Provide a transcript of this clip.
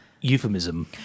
euphemism